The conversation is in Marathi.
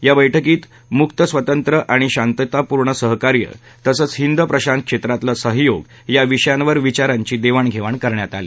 या बैठकीत मुक्त स्वतत्रं आणि शांतीपूर्ण सहकार्य तसंच हिंद प्रशांत क्षेत्रातलं सहयोग या विषयांवर विचारांची देणाव घेवाण करण्यात आली